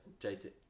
JT